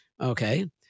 okay